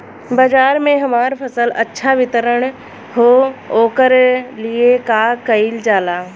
बाजार में हमार फसल अच्छा वितरण हो ओकर लिए का कइलजाला?